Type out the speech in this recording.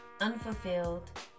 unfulfilled